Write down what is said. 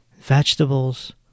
vegetables